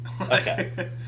Okay